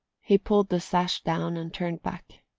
he pulled the sash down and turned back.